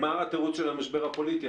נגמר התירוץ של המשבר הפוליטי.